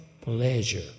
pleasure